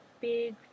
big